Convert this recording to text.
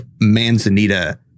manzanita